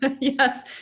Yes